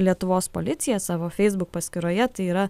lietuvos policija savo facebook paskyroje tai yra